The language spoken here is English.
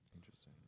interesting